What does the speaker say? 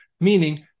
meaning